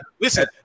listen